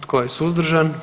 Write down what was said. Tko je suzdržan?